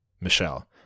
Michelle